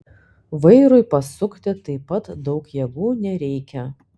vairui pasukti taip pat daug jėgų nereikia